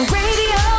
radio